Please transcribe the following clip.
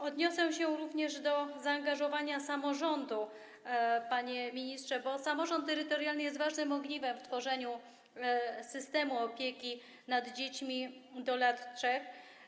Odniosę się również do zaangażowania samorządu, panie ministrze, bo samorząd terytorialny jest ważnym ogniwem w tworzeniu systemu opieki nad dziećmi do lat 3.